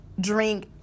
drink